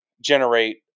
generate